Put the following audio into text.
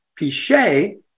Pichet